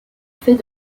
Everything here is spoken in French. fait